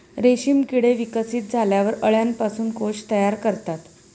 रेशीम किडे विकसित झाल्यावर अळ्यांपासून कोश तयार करतात